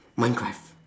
minecraft